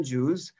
Jews